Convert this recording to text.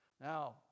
Now